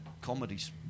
comedies